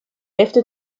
hälfte